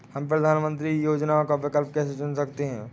हम प्रधानमंत्री योजनाओं का विकल्प कैसे चुन सकते हैं?